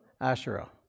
Asherah